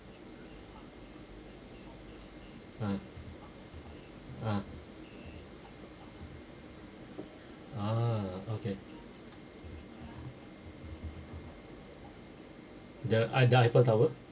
ah ah ah okay the ada eiffel tower